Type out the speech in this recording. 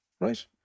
right